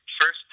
First